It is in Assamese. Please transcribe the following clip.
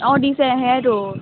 অঁ দিছে সেয়েতো